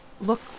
look